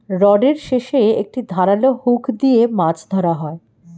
রডের শেষে একটি ধারালো হুক দিয়ে মাছ ধরা হয়